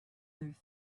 things